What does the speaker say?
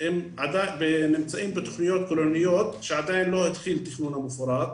הם עדיין נמצאים בתכניות כוללניות שעדיין לא התחיל התכנון המפורט,